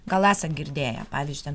gal esat girdėję pavyzdžiui ten